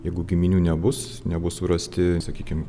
jeigu giminių nebus nebus surasti sakykim